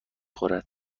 خورد